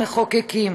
המחוקקים,